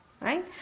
Right